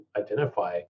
identify